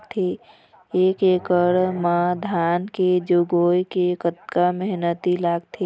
एक एकड़ म धान के जगोए के कतका मेहनती लगथे?